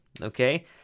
okay